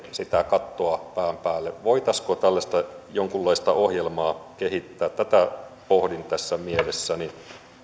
sitä kattoa pään päälle voitaisiinko tällaista jonkunlaista ohjelmaa kehittää tätä pohdin tässä mielessäni